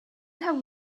have